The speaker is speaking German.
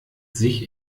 sich